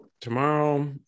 tomorrow